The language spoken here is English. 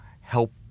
help